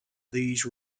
these